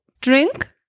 Drink